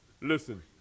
Listen